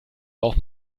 auch